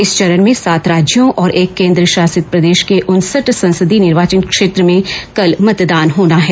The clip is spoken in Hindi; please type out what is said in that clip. इस चरण में सात राज्यों और एक केन्द्र शासित प्रदेश के उनसठ संसदीय निर्वाचन क्षेत्र में कल मतदान होना है